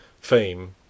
fame